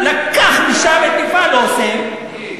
לקח משם את מפעל "אסם",